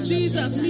Jesus